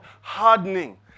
hardening